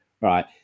Right